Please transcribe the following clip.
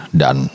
dan